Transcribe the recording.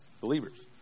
believers